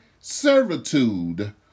servitude